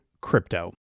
crypto